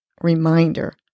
reminder